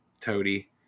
toady